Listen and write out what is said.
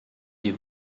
die